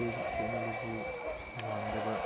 technology ꯋꯥꯡꯗꯕ